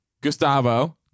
Gustavo